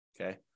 Okay